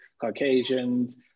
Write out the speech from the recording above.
Caucasians